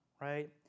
right